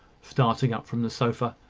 starting up from the sofa.